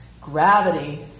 gravity